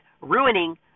ruining